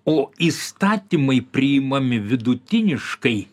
o įstatymai priimami vidutiniškai